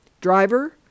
Driver